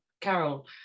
Carol